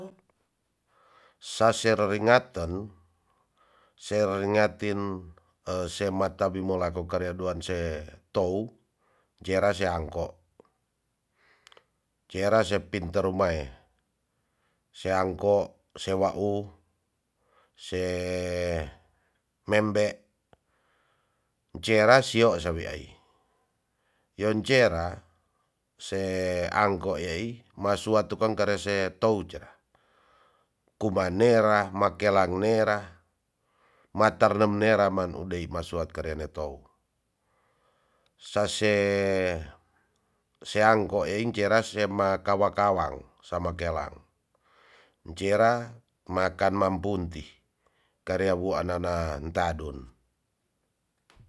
Sasero ringaten seringatin semata bimo lako karia duan setow jera seangko jera se pinte rumae se angko se wau se membe jera sio sawi ai yon jera se angko iyai ma suatukang karia setou cera kuma nera makelang nera matredem nera man udei ma suat karia ne tou sase seangko ein jera se ma kawa kawang samakelang jera makan mampunti kariawu ananan tadun